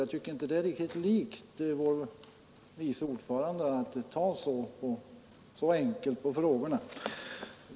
Jag tycker inte det är riktigt likt vår vice ordförande att ta så enkelt på frågorna.